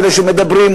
אלה שמדברים,